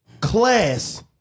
class